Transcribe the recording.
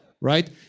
right